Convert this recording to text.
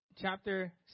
chapter